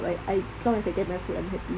I I as long as I get my food I'm happy